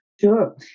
Sure